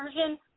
version